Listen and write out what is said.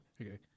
Okay